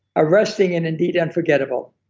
arresting and indeed unforgettable,